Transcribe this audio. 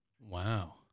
Wow